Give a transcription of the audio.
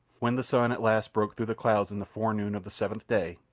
when the sun at last broke through the clouds in the fore-noon of the seventh day,